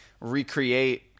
recreate